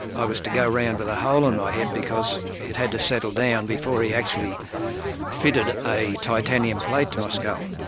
i was to go round with a hole in my head, because it had to settle down before he actually fitted a titanium plate to my skull.